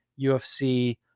UFC